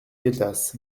gueltas